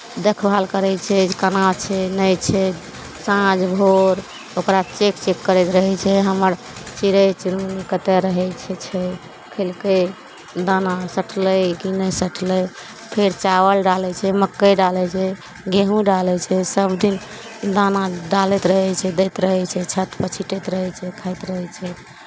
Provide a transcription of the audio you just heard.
देखभाल करै छै जे केना छै नहि छै साँझ भोर ओकरा चेक चेक करैत रहै छै हमर चिड़ै चिरमुन्नी कतय रहै छै छै खेलकै दाना सठलै कि नहि सठलै फेर चावल डालै छै मक्कइ डालै छै गेहूँ डालै छै सभदिन दाना डालैत रहै छै दैत रहै छै छतपर छीँटैत रहै छै खाइत रहै छै